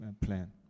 plan